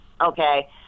Okay